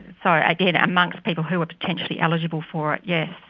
so again, amongst people who are potentially eligible for it, yes.